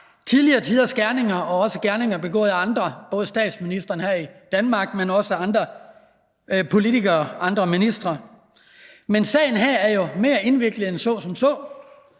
tidligere tiders gerninger og også gerninger, som er blevet begået af andre – både statsministeren her i Danmark, men også andre ministre – men sagen er jo mere indviklet end som så.